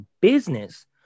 business